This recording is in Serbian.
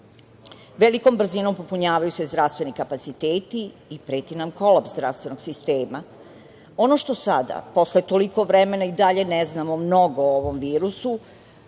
Velikom brzinom popunjavaju se zdravstveni kapaciteti i preti nam kolaps zdravstvenog sistema. Ono što sada posle toliko vremena i dalje ne znamo mnogo o ovom virusu,